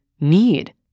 need